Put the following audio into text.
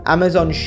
Amazon